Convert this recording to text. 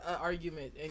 argument